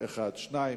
שתיים,